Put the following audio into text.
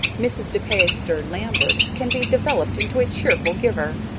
mrs. de peyster lambert can be developed into a cheerful giver.